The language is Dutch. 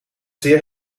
zeer